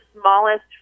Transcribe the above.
smallest